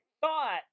thought